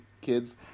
kids